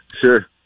Sure